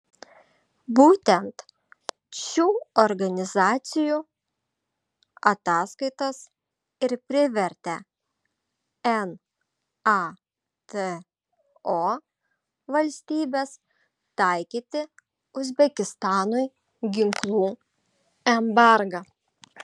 būtent šių organizacijų ataskaitos ir privertė nato valstybes taikyti uzbekistanui ginklų embargą